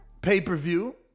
pay-per-view